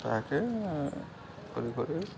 ତାହାକେ କରି କରି